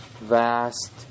vast